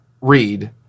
read